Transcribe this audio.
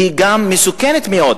והיא גם מסוכנת מאוד,